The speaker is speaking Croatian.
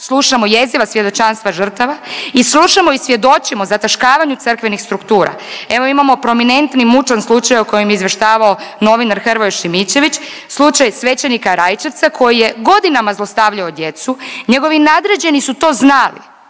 slušamo jeziva svjedočanstva žrtava i slušamo i svjedočimo zataškavanju crkvenih struktura. Evo imamo prominentni i mučan slučaj o kojem je izvještavao novinar Hrvoje Šimičević slučaj svećenika Rajčevca koji je godinama zlostavljao djecu njegovi nadređeni su to znali